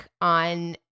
on